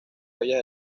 bellas